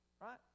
Right